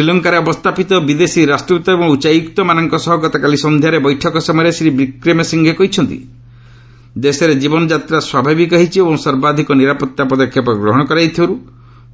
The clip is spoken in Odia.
ଶ୍ରୀଲଙ୍କାରେ ଅବସ୍ଥାପିତ ବିଦେଶୀ ରାଷ୍ଟ୍ରଦୃତ ଏବଂ ଉଚ୍ଚାୟୁକ୍ତମାନଙ୍କ ସହ ଗତକାଲି ସନ୍ଧ୍ୟାରେ ବୈଠକ ସମୟରେ ଶ୍ରୀ ବିକ୍ରେମସିଫ୍ଟେ କହିଛନ୍ତି ଦେଶରେ ଜୀବନଯାତ୍ରା ସ୍ୱାଭାବିକ ହୋଇଛି ଏବଂ ସର୍ବାଧିକ ନିରାପଭା ପଦକ୍ଷେପ ଗ୍ରହଣ କରାଯାଇଥିବାରୁ